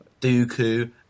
Dooku